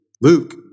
Luke